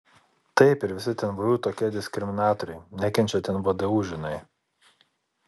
taip ir visi ten vu tokie diskriminatoriai nekenčia ten vdu žinai